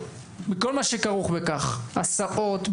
וכל מה שכרוך בכך הסעות,